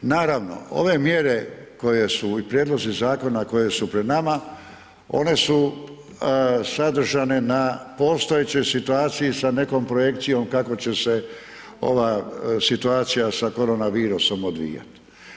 Naravno, ove mjere koje su i prijedlozi zakona koje su pred nama one su sadržane na postojećoj situaciji sa nekom projekcijom kako će se ova situacija sa korona virusom odvijati.